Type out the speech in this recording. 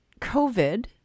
COVID